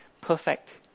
perfect